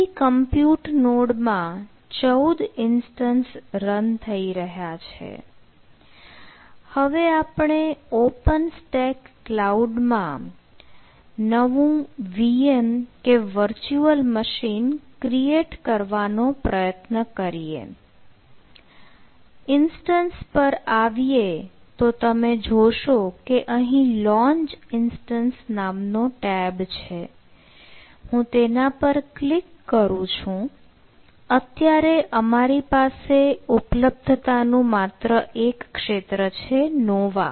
પહેલી compute node માં 14 instance નામનો ટેબ છે હું તેના પર ક્લિક કરું છું અત્યારે અમારી પાસે ઉપલબ્ધતા સાથે નું માત્ર એક ક્ષેત્ર છે નોવા